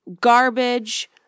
garbage